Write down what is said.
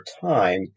time